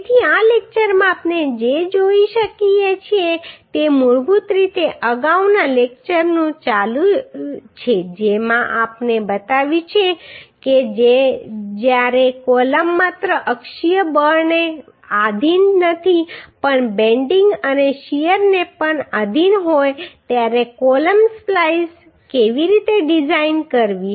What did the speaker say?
તેથી આ લેક્ચરમાં આપણે જે જોઈ શકીએ છીએ તે મૂળભૂત રીતે અગાઉના લેક્ચરનું ચાલુ છે જેમાં આપણે બતાવ્યું છે કે જ્યારે કોલમ માત્ર અક્ષીય બળને આધિન નથી પણ બેન્ડિંગ અને શીયરને પણ આધિન હોય ત્યારે કોલમ સ્પ્લાઈસ કેવી રીતે ડિઝાઇન કરવી